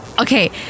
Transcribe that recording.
okay